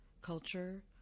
culture